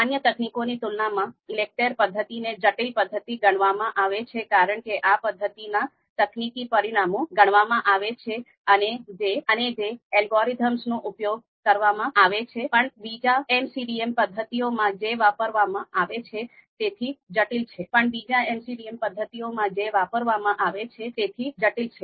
અન્ય તકનીકોની તુલનામાં ઈલેકટેર પદ્ધતિને જટિલ પદ્ધતિ ગણવામાં આવે છે કારણકે આ પદ્ધતિના તકનીકી પરિમાણો ગણવામાં આવે છે અને જે અલ્ગોરિધમ નો ઉપયોગ કરવામાં આવે છે તે પણ બીજા MCDM પદ્ધતિઓ માં જે વાપરવામાં આવે છે તેથી જટિલ છે